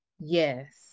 Yes